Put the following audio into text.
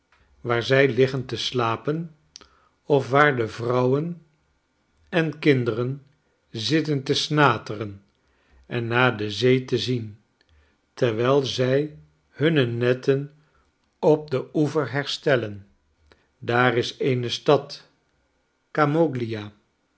waarin zij liggen te slapen of waar de vrouwen en kinderen zitten te snateren en naar de zee te zien terwijl zij hunne netten op den oever herstellen daar is eene stad camoglia